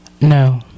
No